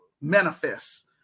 manifest